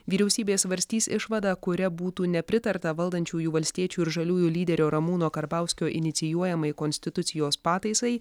vyriausybė svarstys išvadą kuria būtų nepritarta valdančiųjų valstiečių ir žaliųjų lyderio ramūno karbauskio inicijuojamai konstitucijos pataisai